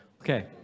Okay